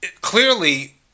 Clearly